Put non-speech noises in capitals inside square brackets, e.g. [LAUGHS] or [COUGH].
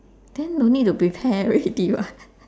then don't need to prepare already [what] [LAUGHS]